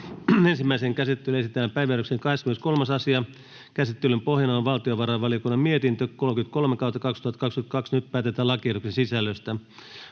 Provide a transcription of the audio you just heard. Ensimmäiseen käsittelyyn esitellään päiväjärjestyksen 22. asia. Käsittelyn pohjana on valtiovarainvaliokunnan mietintö VaVM 32/2022 vp. Nyt päätetään lakiehdotusten sisällöstä.